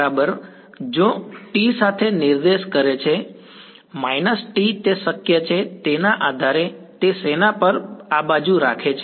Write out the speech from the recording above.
બરાબર જો T સાથે નિર્દેશ કરે છે − t તે શક્ય છે તેના આધારે તે શેના પર આ બાજુ રાખે છે